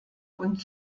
und